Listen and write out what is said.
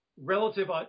relative